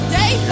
day